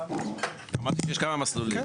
אמרתי שיש כמה מסלולים.